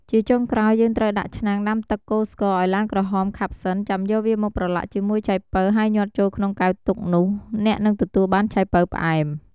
ជាចុងក្រោយយេីងត្រូវដាក់ឆ្នាំងដាំទឹកកូរស្ករឱ្យឡើងក្រហមខាប់សិន ចាំយកវាមកប្រឡាក់ជាមួយឆៃប៉ូវហើយញាត់ចូលក្នុងកែវទុក នោះអ្នកនឹងទទួលបានឆៃប៉ូវផ្អែម។